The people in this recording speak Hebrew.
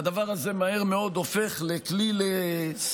והדבר הזה מהר מאוד הופך לכלי לסחיטת